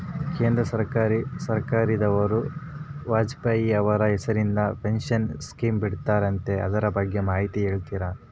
ಕೇಂದ್ರ ಸರ್ಕಾರದವರು ವಾಜಪೇಯಿ ಅವರ ಹೆಸರಿಂದ ಪೆನ್ಶನ್ ಸ್ಕೇಮ್ ಬಿಟ್ಟಾರಂತೆ ಅದರ ಬಗ್ಗೆ ಮಾಹಿತಿ ಹೇಳ್ತೇರಾ?